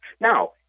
Now